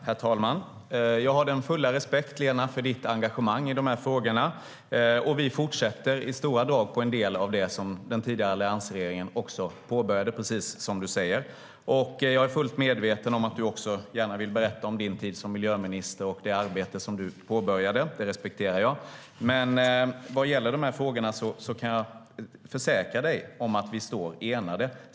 Herr talman! Jag har den fulla respekten för ditt engagemang i de här frågorna, Lena. Vi fortsätter i stora drag med en del av det som den tidigare alliansregeringen påbörjade, precis som du säger. Jag är fullt medveten om att du gärna vill berätta om din tid som miljöminister och det arbete som du påbörjade - det respekterar jag. Men vad gäller de här frågorna kan jag försäkra dig om att vi står enade.